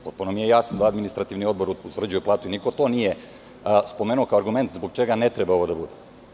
Potpuno mi je jasno da Administrativni odbor utvrđuje platu, niko to nije spomenuo kao argument zbog čega to ne treba da bude.